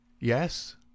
Yes